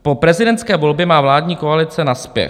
Po prezidentské volbě má vládní koalice naspěch.